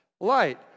light